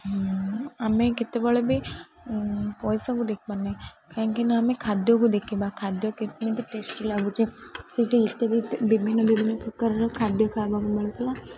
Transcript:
ଆମେ କେତେବେଳେ ବି ପଇସାକୁ ଦେଖିବା ନାହିଁ କାହିଁକି ନା ଆମେ ଖାଦ୍ୟକୁ ଦେଖିବା ଖାଦ୍ୟ କେମିତି ଟେଷ୍ଟି ଲାଗୁଛି ସେଠି ଇତ୍ୟାଦି ବିଭିନ୍ନ ବିଭିନ୍ନ ପ୍ରକାରର ଖାଦ୍ୟ ଖାଇବାକୁ ମିଳୁଥିଲା